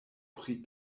pri